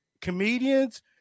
comedians